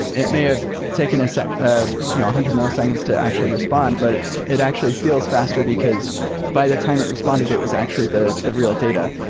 it it may have taken a ah you know hundred milliseconds to actually respond, but it actually feels faster because by the time it responded, it was actually the the real data.